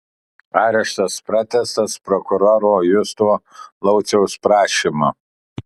areštas pratęstas prokuroro justo lauciaus prašymu